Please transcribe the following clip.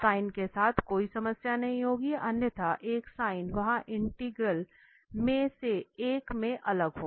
sign के साथ कोई समस्या नहीं होगी अन्यथा एक साइन वहाँ इंटीग्रल में से एक में अलग होगा